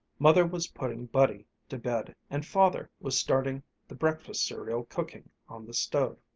mother was putting buddy to bed and father was starting the breakfast cereal cooking on the stove.